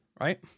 right